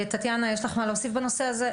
טטיאנה, יש לך מה להוסיף בנושא הזה?